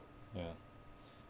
ya